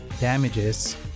damages